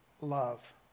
love